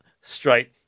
straight